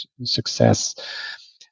success